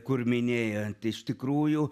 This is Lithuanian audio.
kur minėjo iš tikrųjų